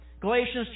Galatians